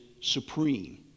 supreme